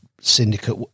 syndicate